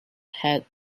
had